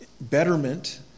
betterment